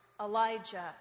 Elijah